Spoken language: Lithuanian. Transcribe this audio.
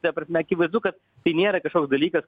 ta prasme akivaizdu kad tai nėra kažkoks dalykas